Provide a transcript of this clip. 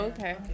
Okay